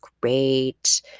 great